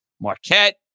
Marquette